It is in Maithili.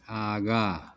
आगाँ